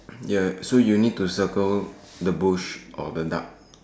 ya so you need to circle the bush or the duck